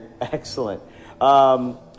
Excellent